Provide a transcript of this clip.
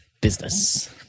Business